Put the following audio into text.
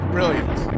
Brilliant